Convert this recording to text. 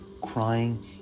crying